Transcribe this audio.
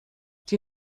die